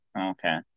Okay